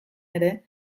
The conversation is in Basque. ere